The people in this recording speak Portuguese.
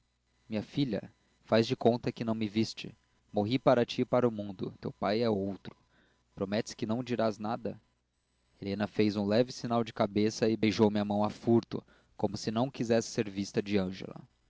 minha filha faze de conta que me não viste morri para ti e para o mundo teu pai é outro prometes que não dirás nada helena fez um leve sinal de cabeça e beijou-me a mão a furto como se não quisesse ser vista de ângela